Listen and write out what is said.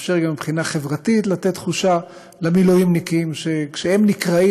מאפשר גם מבחינה חברתית לתת תחושה למילואימניקים שכשהם נקראים,